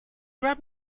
grab